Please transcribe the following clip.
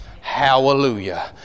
Hallelujah